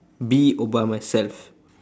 be obama self